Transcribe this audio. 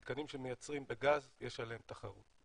מתקנים שמייצרים בגז יש עליהם תחרות.